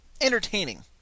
entertaining